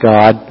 God